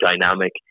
dynamic